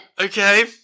Okay